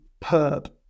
PERB